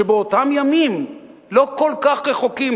שבאותם ימים לא כל כך רחוקים,